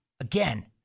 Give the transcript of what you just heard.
Again